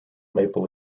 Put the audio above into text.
maple